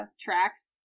tracks